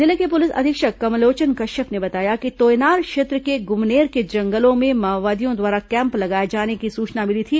जिले के पुलिस अधीक्षक कमलोचन कश्यप ने बताया कि तोयनार क्षेत्र के गुमनेर के जंगलों में माओवादियों द्वारा कैम्प लगाए जाने की सूचना मिली थी